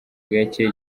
gacye